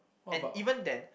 and even then